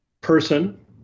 person